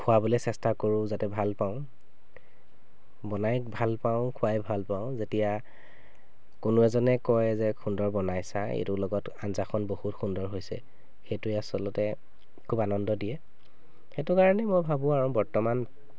খুৱাবলৈ চেষ্টা কৰোঁ যাতে ভাল পাওঁ বনাই ভাল পাওঁ খুৱাই ভাল পাওঁ যেতিয়া কোনো এজনে কয় যে সুন্দৰ বনাইছা এইটোৰ লগত আঞ্জাখন বহুত সুন্দৰ হৈছে সেইটোৱে আচলতে খুব আনন্দ দিয়ে সেটো কাৰণে মই ভাবোঁ আৰু বৰ্তমান